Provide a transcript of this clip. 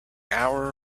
hour